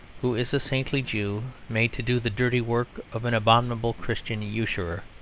who is a saintly jew made to do the dirty work of an abominable christian usurer.